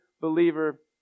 believer